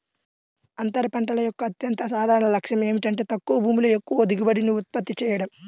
అంతర పంటల యొక్క అత్యంత సాధారణ లక్ష్యం ఏమిటంటే తక్కువ భూమిలో ఎక్కువ దిగుబడిని ఉత్పత్తి చేయడం